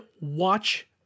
watch